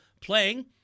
playing